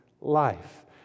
life